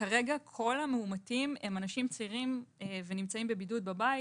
כרגע כל המאומתים הם אנשים צעירים ונמצאים בבידוד בבית.